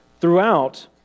throughout